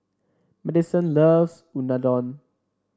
Madison loves Unadon